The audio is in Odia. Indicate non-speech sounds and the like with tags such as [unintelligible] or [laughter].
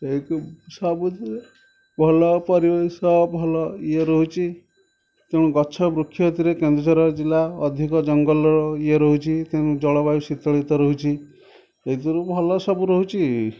[unintelligible] ସବୁ ଭଲ ପରିବେଶ ଭଲ ଇଏ ରହୁଛି ତେଣୁ ଗଛ ବୃକ୍ଷ ଏଥିରେ କେନ୍ଦୁଝର ଜିଲ୍ଲା ଅଧିକ ଜଙ୍ଗଲ ଇଏ ରହୁଛି ତେଣୁ ଜଳବାୟୁ ଶୀତଳିତ ରହୁଛି ଏଥିରୁ ଭଲ ସବୁ ରହୁଛି